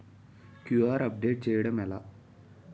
QR update చేయడం ఎలా?